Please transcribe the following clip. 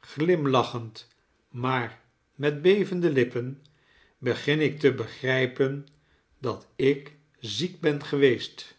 glimlachend maar met bevende lippen begin ik te begrijpen dat ik ziek ben geweest